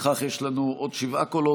וכך יש לנו עוד שבעה קולות.